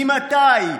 ממתי?